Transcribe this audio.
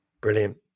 Brilliant